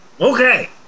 Okay